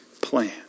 plan